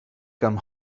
come